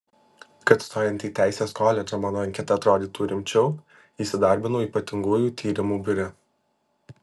kad stojant į teisės koledžą mano anketa atrodytų rimčiau įsidarbinau ypatingųjų tyrimų biure